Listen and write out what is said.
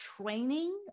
training